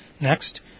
Next